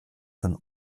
von